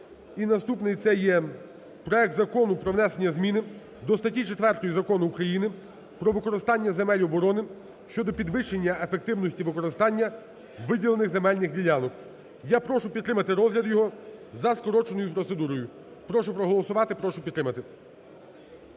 наступний це проект Закону про внесення зміни до статті 4 Закону України "Про використання земель оборони" щодо підвищення ефективності використання виділених земельних ділянок. Я прошу підтримати розгляд його за скороченою процедурою. Прошу проголосувати, прошу підтримати.